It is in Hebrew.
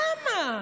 למה?